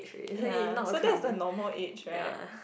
ya so that's the normal age right